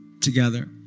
together